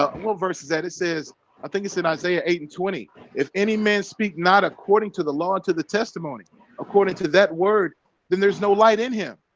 ah well versus that it says i think it's in isaiah eight and twenty if any man speak not according to the law to the testimony according to that word then there's no light in him.